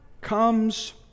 comes